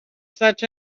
such